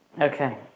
Okay